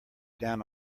down